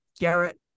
Garrett